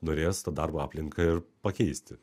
norės tą darbo aplinką ir pakeisti